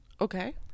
Okay